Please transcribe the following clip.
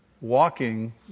Walking